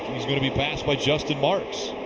he's going to be passed by justin marks.